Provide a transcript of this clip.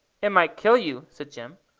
it might kill you, said jim.